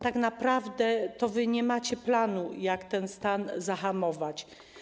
Tak naprawdę wy nie macie planu, jak ten trend zahamować.